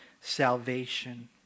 salvation